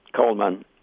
Coleman